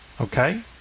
Okay